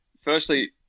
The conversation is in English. Firstly